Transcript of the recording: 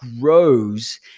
grows